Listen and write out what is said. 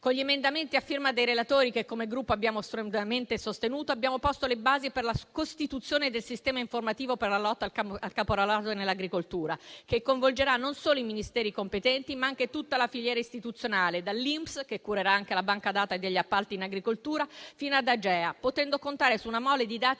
Con gli emendamenti a firma dei relatori, che come Gruppo abbiamo saldamente sostenuto, abbiamo posto le basi per la costituzione del sistema informativo per la lotta al caporalato nell'agricoltura, che coinvolgerà non solo i Ministeri competenti, ma anche tutta la filiera istituzionale, dall'Inps, che curerà anche la banca dati degli appalti in agricoltura, fino ad AGEA, potendo contare su una mole di dati